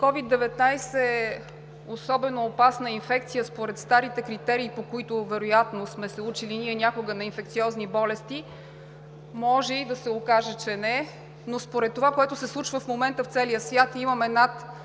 COVID-19 е особено опасна инфекция според старите критерии, по които вероятно сме се учили ние някога на инфекциозни болести? Може и да се окаже, че не е. Според това, което се случва в момента, в целия свят имаме над